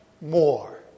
more